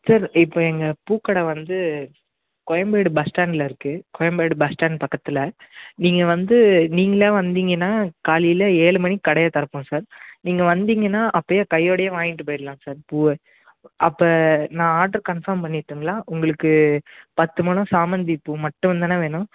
sir இப்போ எங்கள் பூக்கடை வந்து கோயம்பேடு பஸ் ஸ்டாண்ட்டில் இருக்குது கோயம்பேடு பஸ் ஸ்டாண்ட் பக்கத்தில் நீங்கள் வந்து நீங்களங்களே வந்தீங்கன்னா காலையில் ஏழு மணி கடையை திறப்போம் சார் நீங்கள் வந்தீங்கன்னா அப்போயே கையோடேய வாங்கிட்டு போயிடலாம் சார் பூவை அப்போ நான் ஆட்டரு கன்ஃபார்ம் பண்ணட்டுங்களா உங்களுக்கு பத்து முழம் சாமந்தி பூ மட்டும் தானே வேணும்